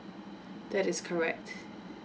that is correct